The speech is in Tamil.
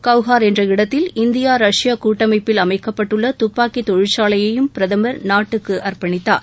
கவுகார் என்ற இடத்தில் இந்தியா ரஷ்யா கூட்டமைப்பில் அமைக்கப்பட்டுள்ள துப்பாக்கி தொழிற்சாலையையும் பிரதமர் நாட்டுக்கு அர்ப்பணித்தார்